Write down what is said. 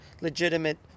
legitimate